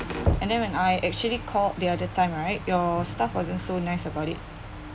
and then when I actually called the other time right your staff wasn't so nice about it